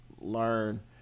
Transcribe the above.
learn